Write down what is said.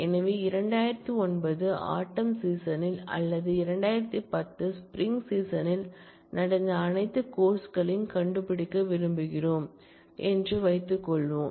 எனவே 2009 ஆட்டம் சீசனில் அல்லது 2010 ஸ்ப்ரிங் சீசனில் நடந்த அனைத்து கோர்ஸ் களையும் கண்டுபிடிக்க விரும்புகிறோம் என்று வைத்துக்கொள்வோம்